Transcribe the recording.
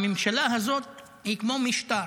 הממשלה הזאת היא כמו משטר.